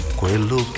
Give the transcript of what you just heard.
quello